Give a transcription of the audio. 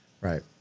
Right